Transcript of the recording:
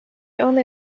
only